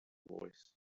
voice